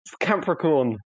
capricorn